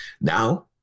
Now